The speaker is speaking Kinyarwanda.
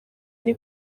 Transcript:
ari